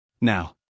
Now